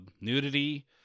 nudity